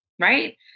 Right